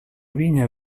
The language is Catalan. vinya